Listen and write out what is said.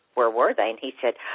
where were they? and he said,